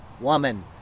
woman